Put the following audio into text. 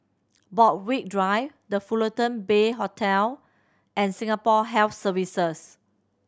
Borthwick Drive The Fullerton Bay Hotel and Singapore Health Services